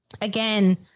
again